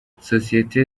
sosiyete